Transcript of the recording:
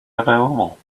available